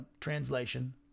translation